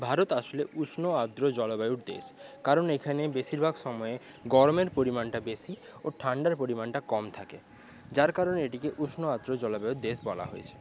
ভারত আসলে উষ্ণ আদ্র জলবায়ুর দেশ কারণ এখানে বেশীরভাগ সময়ে গরমের পরিমানটা বেশী ও ঠান্ডার পরিমাণটা কম থাকে যার কারণে এটিকে উষ্ণ আদ্র জলবায়ুর দেশ বলা হয়েছে